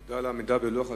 תודה על העמידה בלוח הזמנים.